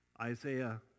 Isaiah